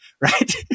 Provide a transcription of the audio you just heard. Right